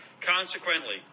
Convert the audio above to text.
Consequently